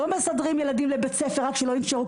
לא מסדרים ילדים לבית ספר רק שלא ינשרו.